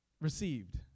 received